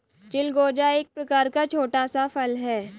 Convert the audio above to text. चिलगोजा एक प्रकार का छोटा सा फल है